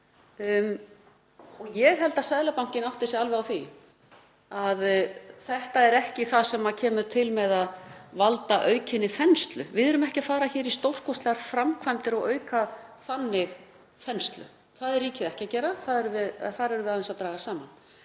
Ég held að Seðlabankinn átti sig alveg á því að þetta er ekki það sem kemur til með að valda aukinni þenslu. Við erum ekki að fara í stórkostlegar framkvæmdir og auka þenslu á þann veg, það er ríkið ekki að gera. Þar erum við aðeins að draga saman.